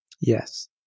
yes